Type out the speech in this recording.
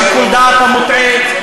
שיקול הדעת המוטעה,